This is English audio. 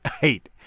hate